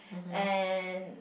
and